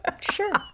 Sure